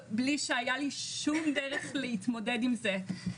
בלי שהיה לי שום דרך להתמודד עם זה.